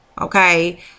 Okay